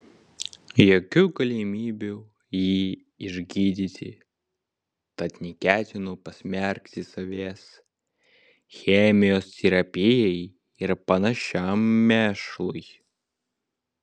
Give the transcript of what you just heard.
jokių galimybių jį išgydyti tad neketinu pasmerkti savęs chemijos terapijai ir panašiam mėšlui